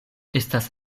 estas